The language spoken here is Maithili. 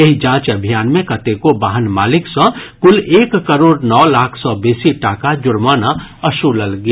एहि जांच अभियान मे कतेको वाहन मालिक सँ कुल एक करोड़ नओ लाख सँ बेसी टाका जुर्माना वसूलल गेल